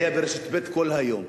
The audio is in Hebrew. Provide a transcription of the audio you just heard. היה ברשת ב' כל היום.